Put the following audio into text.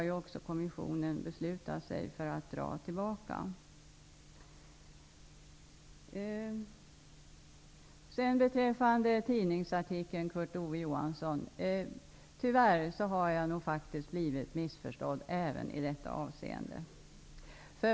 Kommissionen beslutat sig för att dra tillbaka. I tidningsartikeln, Kurt Ove Johansson, har jag nog tyvärr blivit missförstådd även i detta avseende.